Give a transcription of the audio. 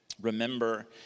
Remember